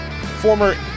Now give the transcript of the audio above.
Former